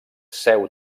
seu